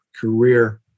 career